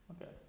Okay